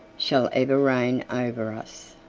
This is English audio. shall ever reign over us.